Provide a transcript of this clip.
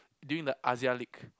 during the league